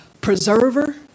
preserver